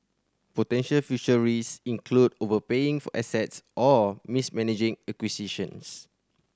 potential future risk include overpaying for assets or mismanaging acquisitions